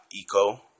eco